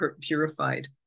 purified